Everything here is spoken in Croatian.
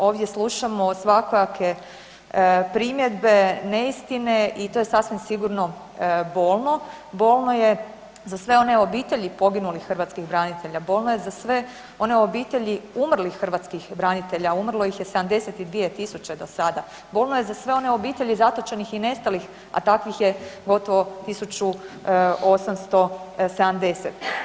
Ovdje slušamo svakojake primjedbe, neistine i to je sasvim sigurno bolno, bolno je za sve one obitelji poginulih hrvatskih branitelja, bolno je za sve one obitelji umrlih hrvatskih branitelja, umrlo ih je 72.000 do sada, bolno je za sve one obitelji zatočenih i nestalih, a takvih je gotovo 1.870.